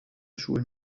schulen